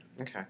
Okay